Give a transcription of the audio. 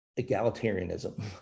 egalitarianism